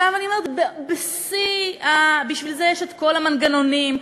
בשביל זה יש כל המנגנונים,